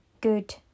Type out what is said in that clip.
good